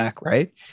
Right